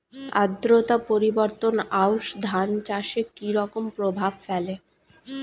আদ্রতা পরিবর্তন আউশ ধান চাষে কি রকম প্রভাব ফেলে?